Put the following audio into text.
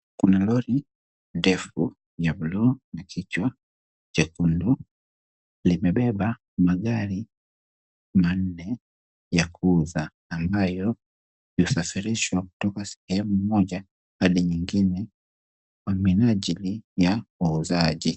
Kuna lori ndefu ya blue na kichwa chekundu. Limebeba magari maanne ya kuuza ambayo inasafirishwa kutoka sehemu moja hadi nyingine, kwa minajili ya wauzaji.